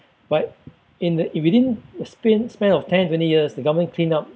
but in the in within a span span of ten to twenty years the government cleaned up